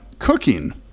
cooking